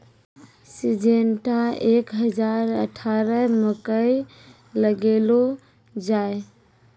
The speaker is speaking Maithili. सिजेनटा एक हजार अठारह मकई लगैलो जाय?